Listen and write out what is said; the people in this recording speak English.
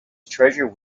treasure